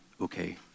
okay